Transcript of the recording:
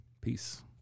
Peace